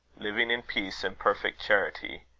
living in peace and perfect charity.